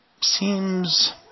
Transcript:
seems